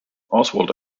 oswald